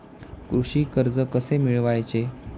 कृषी कर्ज कसे मिळवायचे?